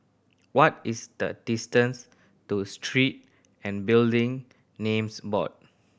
what is the distance to Street and Building Names Board